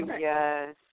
yes